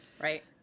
Right